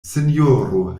sinjoro